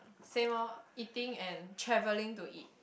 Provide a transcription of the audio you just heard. same loh eating and travelling to eat